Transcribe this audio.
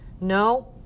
No